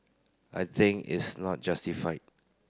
I think is not justified